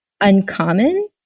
uncommon